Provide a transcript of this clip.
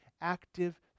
active